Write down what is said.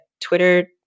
Twitter